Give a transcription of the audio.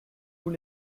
tous